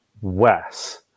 Wes